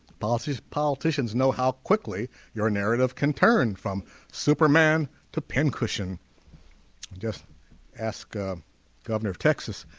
policies politicians know how quickly your narrative can turn from superman to pin cushion just ask governor of texas